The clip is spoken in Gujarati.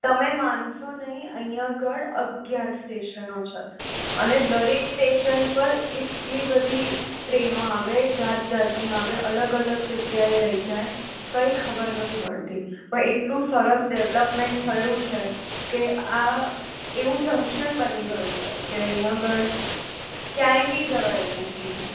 તમે માનશો નહીં અહીં આગળ અગિયાર સ્ટેશનો છે અને દરેક સ્ટેશન પર એટલી બધી ટ્રેનો આવે જાત જાતની આવે અલગ અલગ જગ્યાએ લઈ જાય કંઈ ખબર નથી પડતી પણ એટલું સરસ ડેવલપમેન્ટ થયું છે કે આ એવું જંક્શન બની ગયું છે કે અહીં આગળ ક્યાંય બી જવાય અહીંયાથી